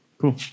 Cool